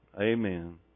Amen